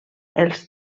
els